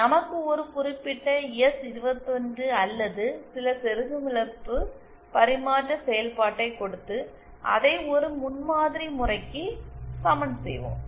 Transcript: நமக்கு ஒரு குறிப்பிட்ட எஸ்21 அல்லது சில செருகும் இழப்பு பரிமாற்ற செயல்பாட்டை கொடுத்து அதை ஒரு முன்மாதிரி முறைக்கு சமன் செய்வோம்